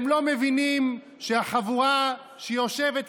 הם לא מבינים שהחבורה שיושבת כאן: